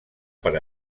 per